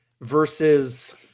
versus